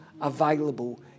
available